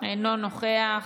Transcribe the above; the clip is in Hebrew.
אינו נוכח,